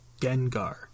Gengar